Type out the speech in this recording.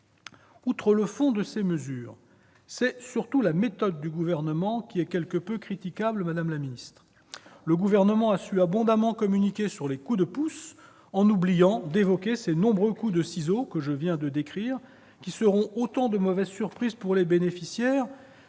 Outre le fond de ces mesures, c'est surtout la méthode du Gouvernement qui est quelque peu critiquable, madame la ministre. Le Gouvernement a su abondamment communiquer sur les coups de pouce, en oubliant d'évoquer ces nombreux coups de ciseaux, qui seront autant de mauvaises surprises pour les bénéficiaires,